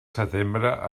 setembre